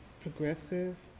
progressive,